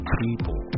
people